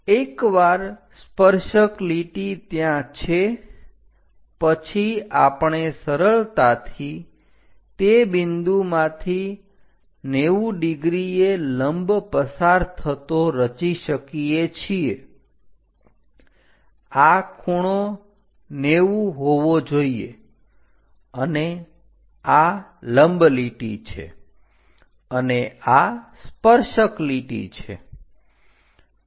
એકવાર સ્પર્શક લીટી ત્યાં છે પછી આપણે સરળતાથી તે બિંદુમાંથી 90 ડિગ્રીએ લંબ પસાર થતો રચી શકીએ છીએ આ ખૂણો 90 હોવો જોઈએ અને આ લંબ લીટી છે અને આ સ્પર્શક લીટી છે